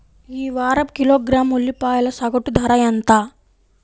ఈ వారం కిలోగ్రాము ఉల్లిపాయల సగటు ధర ఎంత?